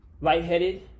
Lightheaded